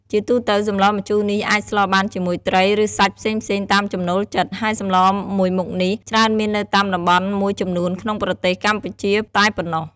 ជាទូទៅ សម្លម្ជូរនេះអាចស្លបានជាមួយត្រី ឬសាច់ផ្សេងៗ តាមចំណូលចិត្ត ហើយសម្លមួយមុខនេះច្រើនមាននៅតាមតំបន់មួយចំនួនក្នុងប្រទេសកម្ពុជាតែប៉ុណ្ណោះ។